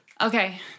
Okay